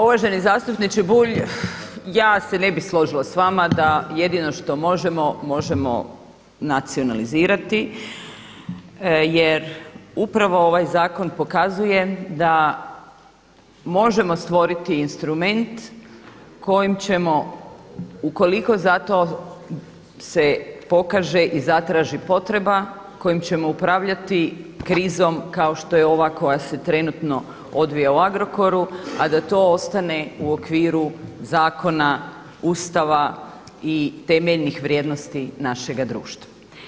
Uvaženi zastupniče Bulj, ja se ne bi složila s vama da jedino što možemo, možemo nacionalizirati jer upravo ovaj zakon pokazuje da možemo stvoriti instrument kojim ćemo ukoliko za to se pokaže i zatraži potreba kojim ćemo upravljati krizom kao što je ova koja se trenutno odvija u Agrokoru, a da to ostane u okviru zakona, Ustava i temeljnih vrijednosti našega društva.